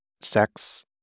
sex